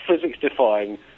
physics-defying